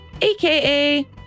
aka